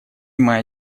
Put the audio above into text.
моя